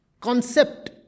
concept